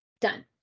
done